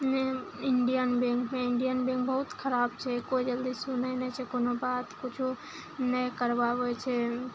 Indian बैंकमे Indian bank बहुत खराब छै कोइ जल्दी सुनै नहि छै कोनो बात किछो नहि करबाबै छै